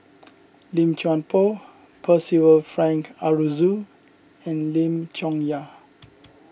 Lim Chuan Poh Percival Frank Aroozoo and Lim Chong Yah